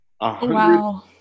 Wow